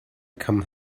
come